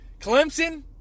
Clemson